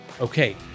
okay